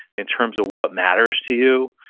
in terms of what matters to you,